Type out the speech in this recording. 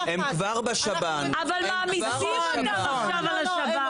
אבל מעמיסים אותם עכשיו על השב"ן.